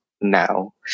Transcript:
now